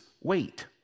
wait